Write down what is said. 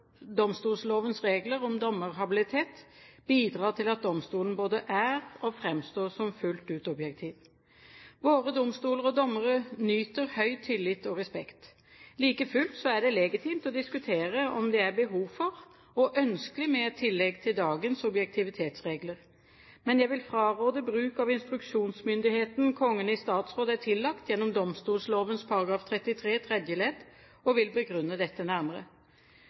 domstollovens regler om dommerhabilitet bidra til at domstolen både er og framstår som fullt ut objektiv. Våre domstoler og dommere nyter stor tillit og respekt. Like fullt er det legitimt å diskutere om det er behov for og ønskelig med et tillegg til dagens objektivitetsregler. Men jeg vil fraråde bruk av instruksjonsmyndigheten Kongen i statsråd er tillagt gjennom domstolloven § 33 tredje ledd, og vil begrunne dette nærmere.